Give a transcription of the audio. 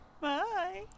Bye